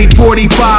45